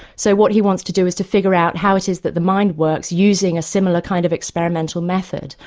so what he wants to do is to figure out how it is that the mind works using a similar kind of experimental method,